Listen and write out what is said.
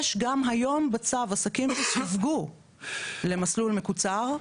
גם היום יש בצו עסקים שסווגו למסלול מקוצר,